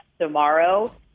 tomorrow